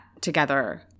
together